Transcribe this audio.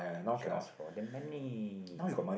just for the money